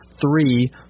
three